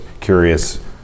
curious